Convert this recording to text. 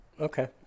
Okay